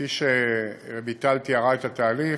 כפי שרויטל תיארה את התהליך,